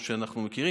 כמו שאנחנו מכירים.